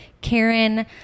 Karen